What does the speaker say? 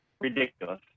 ridiculous